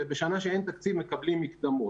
ובשנה שאין תקציב מקבלים מקדמות.